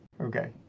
Okay